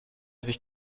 sich